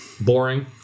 boring